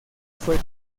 fue